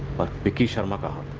but vicky sharma